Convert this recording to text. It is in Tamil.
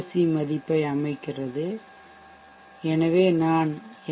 சி மதிப்பை அமைக்கிறது எனவே நான் என்